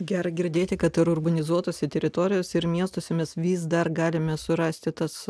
gera girdėti kad ir urbanizuotose teritorijose ir miestuose mes vis dar galime surasti tas